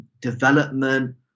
development